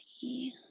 see